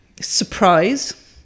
surprise